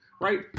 right